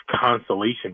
consolation